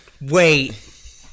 Wait